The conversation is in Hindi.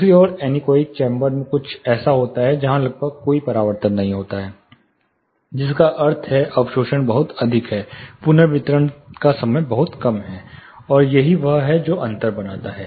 दूसरी ओर एनीकोइक कक्ष में कुछ ऐसा होता है जहां लगभग कोई परावर्तन नहीं होता है जिसका अर्थ है कि अवशोषण बहुत अधिक है पुनर्वितरण का समय बहुत कम है और यही वह है जो अंतर बनाता है